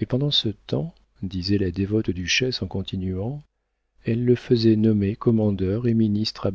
et pendant ce temps disait la dévote duchesse en continuant elle le faisait nommer commandeur et ministre